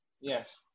Yes